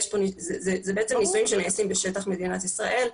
זה בעצם נישואים שנעשים בשטח מדינת ישראל,